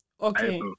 Okay